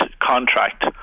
contract